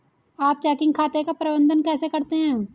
आप चेकिंग खाते का प्रबंधन कैसे करते हैं?